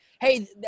hey